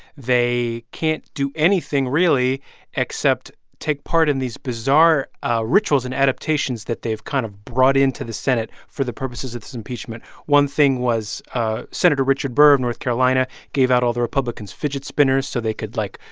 they can't do anything really except take part in these bizarre ah rituals and adaptations that they've kind of brought into the senate for the purposes of this impeachment. one thing was ah senator richard burr of north carolina gave out all the republicans fidget spinners so they could, like,